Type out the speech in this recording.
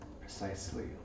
precisely